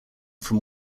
from